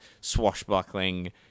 swashbuckling